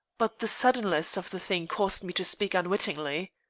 but the suddenness of the thing caused me to speak unwittingly.